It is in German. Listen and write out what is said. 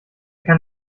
kann